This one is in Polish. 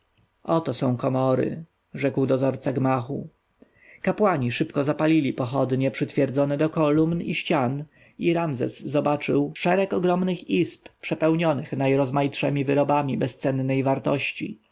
oto są komory rzekł dozorca gmachu kapłani szybko zapalili pochodnie przytwierdzone do kolumn i ścian i ramzes zobaczył szereg ogromnych izb przepełnionych najrozmaitszemi wyrobami bezcennej wartości